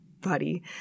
buddy